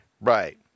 Right